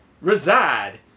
Reside